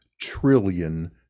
trillion